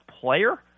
player